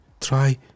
try